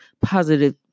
positive